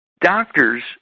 Doctors